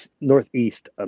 northeast